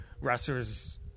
wrestlers